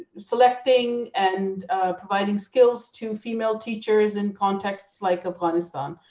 selecting and providing skills to female teachers in contexts like afghanistan,